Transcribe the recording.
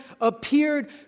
appeared